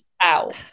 out